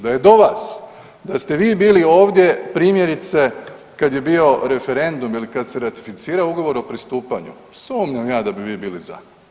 Da je do vas, da ste vi bili ovdje primjerice kad je bio referendum ili kad se ratificirao ugovor o pristupanju sumnjam ja da bi vi bili za.